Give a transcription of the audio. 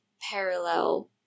parallel